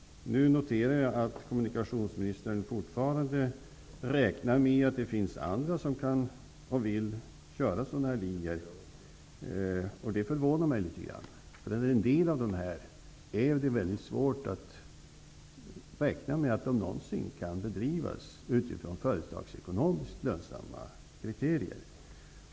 Nu noterar jag att kommunikationsministern fortfarande räknar med att det finns andra som kan och vill trafikera sådana här linjer. Det förvånar mig litet grand, för det är mycket svårt att räkna med att en del av de här linjerna någonsin kan bedrivas utifrån kriterier om företagsekonomisk lönsamhet.